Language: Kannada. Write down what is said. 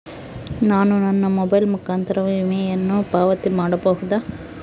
ನಾನು ನನ್ನ ಮೊಬೈಲ್ ಮುಖಾಂತರ ವಿಮೆಯನ್ನು ಪಾವತಿ ಮಾಡಬಹುದಾ?